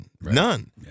None